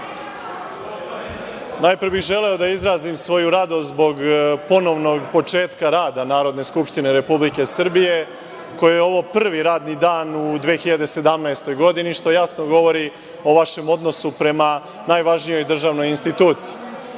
najpre bih želeo da izrazim svoju radost zbog ponovnog početka rada Narodne skupštine Republike Srbije, kojoj je ovo prvi radni dan u 2017. godini, što jasno govori o vašem odnosu prema najvažnijoj državnoj